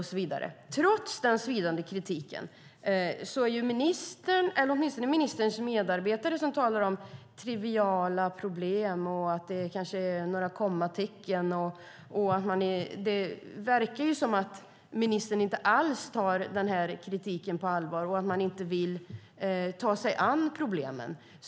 Trots den svidande kritiken talar ministerns medarbetare om triviala problem, att det handlar om några kommatecken. Det verkar som att ministern inte alls tar kritiken på allvar och att hon inte vill ta sig an problemen.